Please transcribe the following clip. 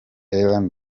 ellen